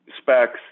specs